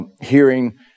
hearing